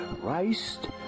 Christ